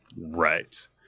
Right